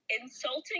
insulting